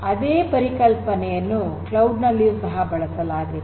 ಅದೇ ಪರಿಕಲ್ಪನೆಯನ್ನು ಕ್ಲೌಡ್ ನಲ್ಲಿಯೂ ಸಹ ಬಳಸಲಾಗಿದೆ